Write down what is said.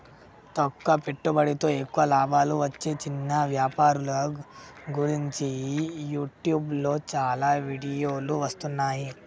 తక్కువ పెట్టుబడితో ఎక్కువ లాభాలు వచ్చే చిన్న వ్యాపారుల గురించి యూట్యూబ్లో చాలా వీడియోలు వస్తున్నాయి